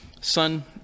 Son